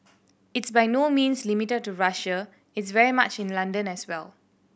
it's by no means limited to Russia it's very much in London as well